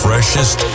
Freshest